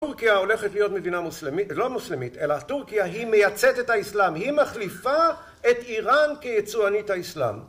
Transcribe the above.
טורקיה הולכת להיות מדינה מוסלמית, לא מוסלמית אלא טורקיה היא מייצאת את האסלאם, היא מחליפה את איראן כיצואנית האסלאם.